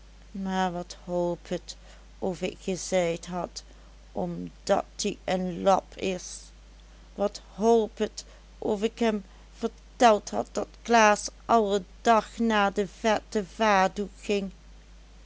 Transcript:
maar wat holp het of ik gezeid had omdat ie en lap is wat holp et of ik hem verteld had dat klaas alle dag na de vette vadoek